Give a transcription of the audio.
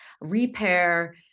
repair